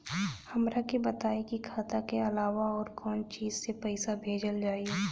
हमरा के बताई की खाता के अलावा और कौन चीज से पइसा भेजल जाई?